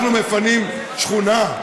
אנחנו מפנים שכונה?